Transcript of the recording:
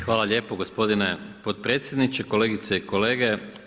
Hvala lijepo gospodine potpredsjedniče, kolegice i kolege.